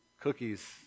cookies